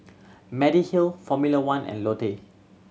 Mediheal Formula One and Lotte